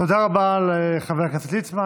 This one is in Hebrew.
תודה רבה לחבר הכנסת ליצמן.